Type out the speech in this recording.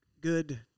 good